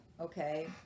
okay